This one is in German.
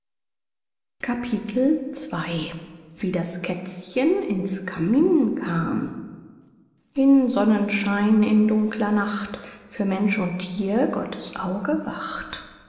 wie das kätzchen in's kamin kam in sonnenschein in dunkler nacht für mensch und thier gottes auge wacht